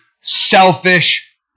selfish